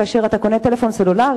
כאשר אתה קונה טלפון סלולרי,